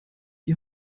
die